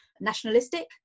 nationalistic